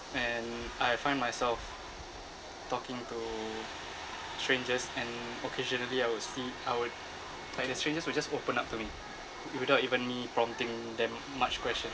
and I find myself talking to strangers and occasionally I would see I would like the strangers would just open up to me without even me prompting them much question